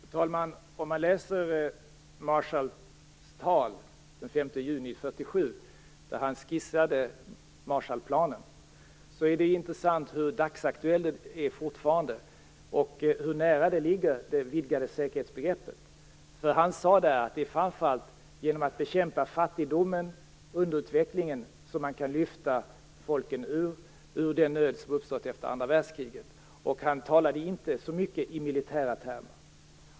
Fru talman! I Marshalls tal från den 5 juni 1947 skissade han Marshallplanen. Det är intressant hur dagsaktuell den planen fortfarande är och hur nära den ligger det vidgade säkerhetsbegreppet. Han sade att det var framför allt genom att bekämpa fattigdomen och underutvecklingen som man kunde lyfta folken ur den nöd som uppstod efter andra världskriget. Han talade inte så mycket i militära termer.